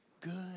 good